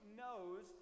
knows